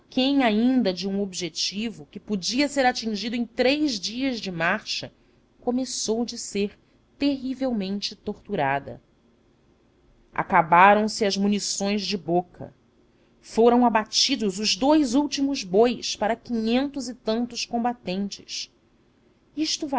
aquém ainda de um objetivo que podia ser atingido em três dias de marcha começou de ser terrivelmente torturada acabaram-se as munições de boca foram abatidos os dous últimos bois para quinhentos e tantos combatentes isto